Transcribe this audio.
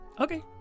Okay